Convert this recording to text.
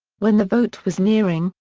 when the vote was nearing,